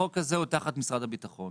החוק הזה הוא תחת משרד הביטחון,